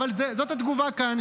אבל זאת התגובה כאן,